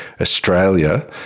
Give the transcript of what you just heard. Australia